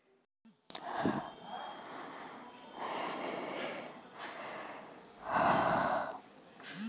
RTGS से पैसा भेजे में केतना समय लगे ला?